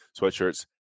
sweatshirts